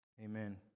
amen